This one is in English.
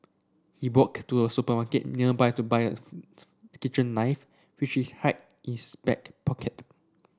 he walked to a supermarket nearby to buy a kitchen knife which he hid in his back pocket